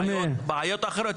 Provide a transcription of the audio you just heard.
בעיות אחרות,